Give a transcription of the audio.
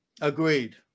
Agreed